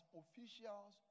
officials